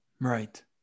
Right